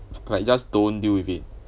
correct just don't deal with it